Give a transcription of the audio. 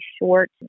short